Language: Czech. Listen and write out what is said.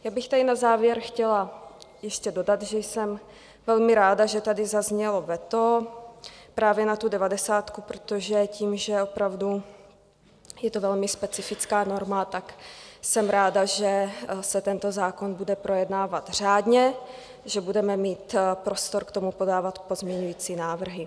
Já bych tady na závěr chtěla ještě dodat, že jsem velmi ráda, že tady zaznělo veto právě na tu devadesátku, protože tím, že opravdu je to velmi specifická norma, jsem ráda, že se tento zákon bude projednávat řádně, že budeme mít prostor k tomu, podávat pozměňovací návrhy.